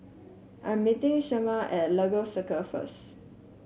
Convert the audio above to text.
I'm meeting Shemar at Lagos Circle first